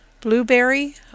Blueberry